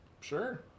sure